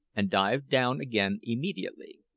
and dived down again immediately.